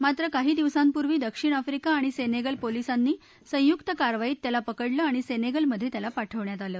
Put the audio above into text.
मात्र काही दिवसांपूर्वी दक्षिण आफ्रिका आणि सेनेगल पोलिसांनी संयुक्त कारवाईत त्याला पकडले आणि सेनेगलमध्ये त्याला पाठवण्यात आलं